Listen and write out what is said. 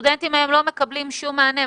הסטודנטים היום לא מקבלים שום מענה.